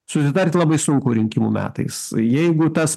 susitart labai sunku rinkimų metais jeigu tas